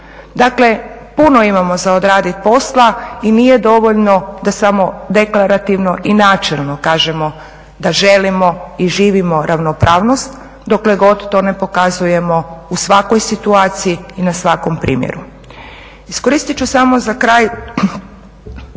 Dakle, puno imamo za odraditi posla i nije dovoljno da samo deklarativno i načelno kažemo da želimo i živimo ravnopravnost dokle god to ne pokazujemo u svakoj situaciji i na svakom primjeru. Iskoristit ću samo za kraj